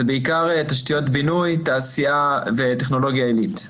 זה בעיקר תשתיות בינוי, תעשיה וטכנולוגיה עלית.